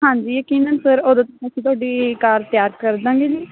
ਹਾਂਜੀ ਯਕੀਨਨ ਸਰ ਉਦੋਂ ਤੱਕ ਅਸੀਂ ਤੁਹਾਡੀ ਕਾਰ ਤਿਆਰ ਕਰ ਦਾਂਗੇ ਜੀ